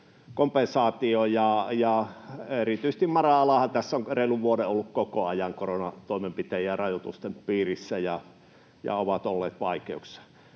kompensaatio, ja erityisesti mara-alahan tässä on reilun vuoden ollut koko ajan koronatoimenpiteiden ja rajoitusten piirissä ja ollut vaikeuksissa.